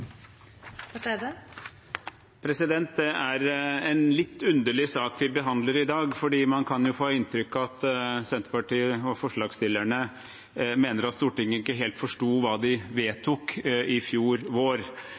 en litt underlig sak vi behandler i dag, for man kan få inntrykk av at Senterpartiet og forslagsstillerne mener at Stortinget ikke helt forsto hva de vedtok i fjor vår.